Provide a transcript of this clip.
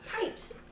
Pipes